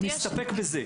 נסתפק בזה.